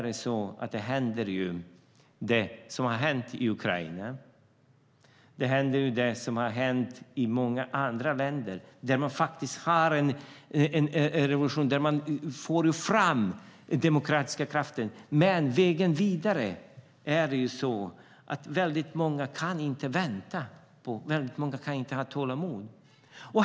Då händer det som har hänt i Ukraina och i många andra länder som får fram demokratiska krafter, att väldigt många inte har tålamod att vänta.